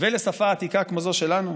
ולשפה עתיקה כמו זו שלנו?